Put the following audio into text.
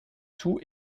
tout